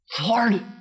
Lord